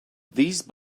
these